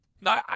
No